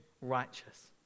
righteous